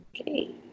Okay